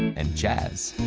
and jazz,